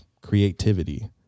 creativity